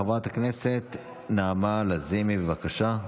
חברת הכנסת נעמה לזימי, בבקשה.